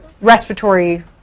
respiratory